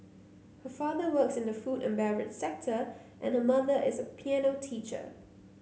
her father works in the food and beverage sector and her mother is a piano teacher